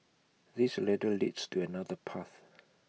this ladder leads to another path